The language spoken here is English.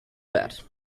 bed